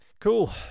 cool